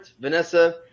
Vanessa